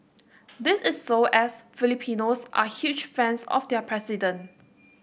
this is so as Filipinos are huge fans of their president